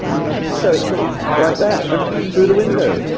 which is so it's all like that and through the window.